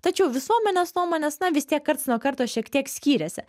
tačiau visuomenės nuomonės na vis tiek karts nuo karto šiek tiek skyrėsi